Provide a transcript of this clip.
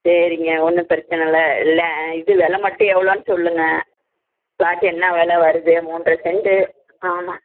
சரிங்க ஒன்றும் பிரச்சின இல்லை இல்லை இது விலை மட்டும் எவ்வளோன்னு சொல்லுங்கள் ப்ளாட்டு என்ன விலை வருது மூன்றரை செண்டு ஆமாம்